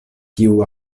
kiu